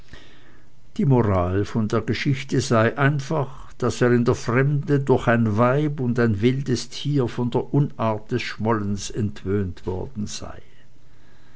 die moral von der geschichte sei einfach daß er in der fremde durch ein weib und ein wildes tier von der unart des schmollens entwöhnt worden sei